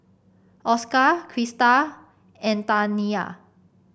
Oscar Krista and Taniyah